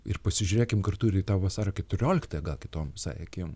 ir pasižiūrėkim kartu ir į tą vasario keturioliktą gal kitom visai akim